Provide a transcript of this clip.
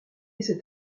cet